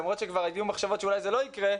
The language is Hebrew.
למרות שכבר היו מחשבות שאולי זה לא יקרה,